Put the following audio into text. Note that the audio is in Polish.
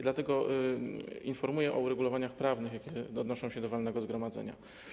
Dlatego informuję o uregulowaniach prawnych, jakie odnoszą się do walnego zgromadzenia.